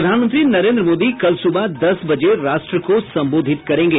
प्रधानमंत्री नरेन्द्र मोदी कल सुबह दस बजे राष्ट्र को संबोधित करेंगे